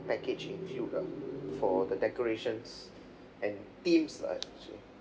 package include ah for the decorations and themes lah actually